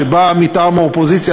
שבא מטעם האופוזיציה,